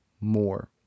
more